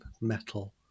metal